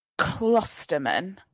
Klosterman